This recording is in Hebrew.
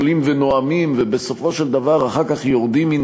עולים ונואמים ובסופו של דבר יורדים